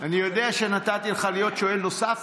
אני יודע שנתתי לך להיות שואל נוסף.